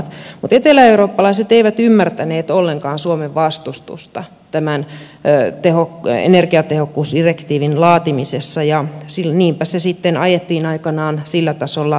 mutta eteläeurooppalaiset eivät ymmärtäneet ollenkaan suomen vastustusta tämän energiatehokkuusdirektiivin laatimisessa ja niinpä se sitten ajettiin aikanaan sillä tasolla läpi